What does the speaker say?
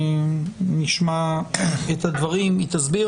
נשמע את הדברים, היא תסביר.